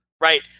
right